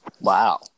Wow